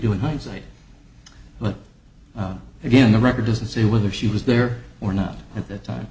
do in hindsight but again the record doesn't say whether she was there or not at that time